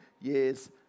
years